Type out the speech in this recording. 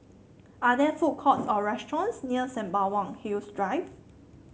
are there food courts or restaurants near Sembawang Hills Drive